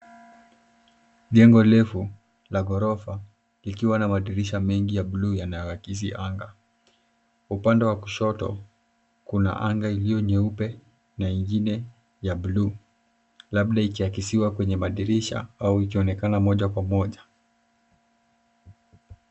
Jengo refu la ghorofa likiwa na madirisha mengi ya bluu yanayo akisi anga. Upnade wa kushoto kuna anga iliyo nyeupe na ingine ya bluu labda ikiakisiwa kwenye madirisha au ikionekana moja kwa moja.